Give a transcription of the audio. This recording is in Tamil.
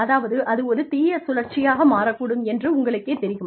அதாவது அது ஒரு தீய சுழற்சியாக மாறக்கூடும் என்று உங்களுக்கேத் தெரியும்